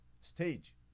stage